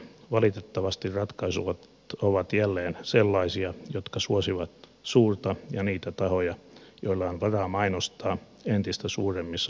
valitettavasti ratkaisut ovat jälleen sellaisia jotka suosivat suurta ja niitä tahoja joilla on varaa mainostaa entistä suuremmissa vaalipiireissä